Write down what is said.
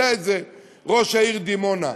יודע את זה ראש העיר דימונה,